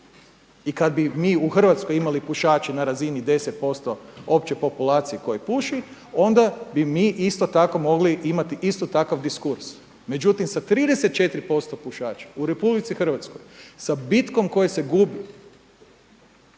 I kad bi mi u Hrvatskoj imali pušače na razini 10% opće populacije koja puši onda bi mi isto tako mogli imati isto takav diskurs. Međutim, sa 34% pušača u RH sa bitkom koja se gubi,